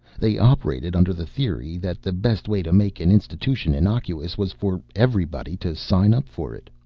they operated under the theory that the best way to make an institution innocuous was for everybody to sign up for it.